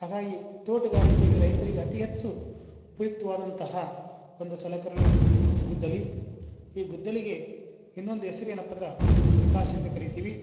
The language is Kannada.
ಹಾಗಾಗಿ ತೋಟಗಾರಿಕೆಯಲ್ಲಿ ರೈತರಿಗೆ ಅತಿ ಹೆಚ್ಚು ಉಪಯುಕ್ತವಾದಂತಹ ಒಂದು ಸಲಕರಣೆ ಗುದ್ದಲಿ ಈ ಗುದ್ದಲಿಗೆ ಇನ್ನೊಂದು ಹೆಸ್ರ್ ಏನಪ್ಪ ಅಂದ್ರೆ ಪಿಕಾಸಿ ಅಂತ ಕರಿತೀವಿ